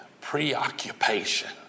preoccupation